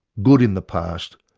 good in the past,